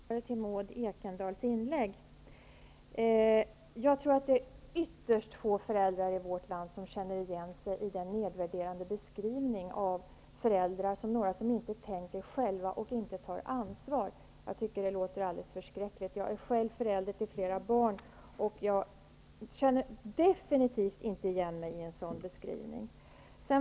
Herr talman! Jag vill kommentera Maud Ekendahls anförande. Jag tror att det är ytterst få föräldrar i vårt land som känner igen sig i den nedvärderande beskrivning av sig själva som föräldrar, att de inte tänker själva och inte tar ansvar. Jag tycker att det låter alldeles förskräckligt. Jag är själv förälder till flera barn, och jag känner absolut inte igen mig i en sådan beskrivning.